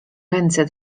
ręce